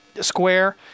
square